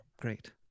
great